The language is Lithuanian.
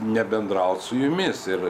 nebendraut su jumis ir